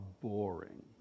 boring